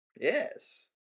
Yes